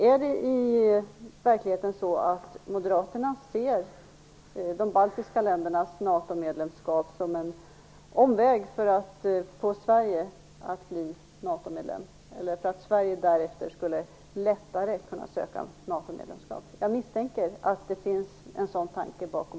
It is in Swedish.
Är det i verkligheten så att Moderaterna ser de baltiska ländernas NATO-medlemskap som en omväg för att få Sverige att bli NATO-medlem, eller för att Sverige därefter lättare skulle kunna söka NATO-medlemskap? Jag misstänker att det finns en sådan tanke bakom.